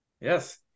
Yes